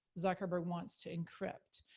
zuckerberg wants to encrypt.